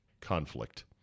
conflict